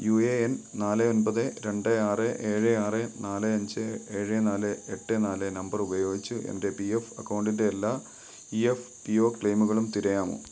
U A N നാല് ഒൻപത് രണ്ട് ആറ് ഏഴ് ആറ് നാല് അഞ്ച് ഏഴ് നാല് എട്ട് നാല് നമ്പർ ഉപയോഗിച്ച് എൻ്റെ പി എഫ് അക്കൗണ്ടിൻ്റെ എല്ലാ ഇ എഫ് പി ഒ ക്ലെയിമുകളും തിരയാമോ